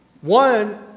One